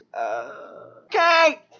Okay